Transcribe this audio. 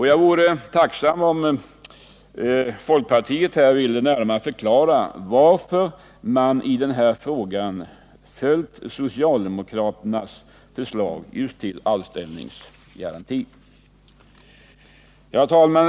Jag vore tacksam om folkpartiet ville närmare förklara varför man i den här frågan följt socialdemokraternas förslag om anställningsgaranti. Herr talman!